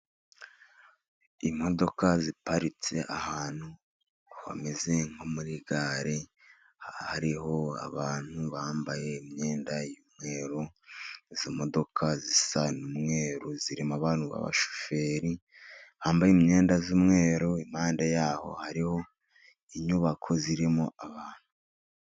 Imodoka ziparitse ahantu hameze nko muri gare, hariho abantu bambaye imyenda y'umweru, izo modoka zisa n'umweru, zirimo abantu b'abashoferi bambaye imyenda y'umweru, impande yaho hariho inyubako irimo abantu.